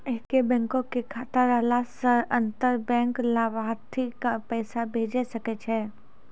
एक्के बैंको के खाता रहला से अंतर बैंक लाभार्थी के पैसा भेजै सकै छै